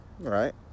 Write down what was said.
Right